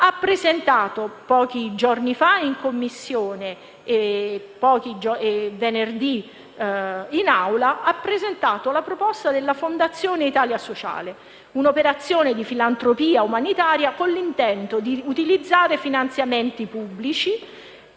ha presentato pochi giorni fa in Commissione e venerdì in Aula la proposta della Fondazione Italia sociale, un'operazione di filantropia umanitaria con l'intento di utilizzare finanziamenti pubblici,